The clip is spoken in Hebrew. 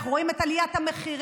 אנחנו רואים את עליית המחירים,